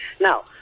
Now